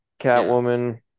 Catwoman